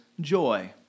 joy